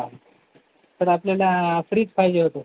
हा तर आपल्याला फ्रीज पाहिजे होतं सर